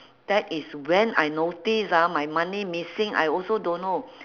that is when I notice ah my money missing I also don't know